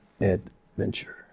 adventure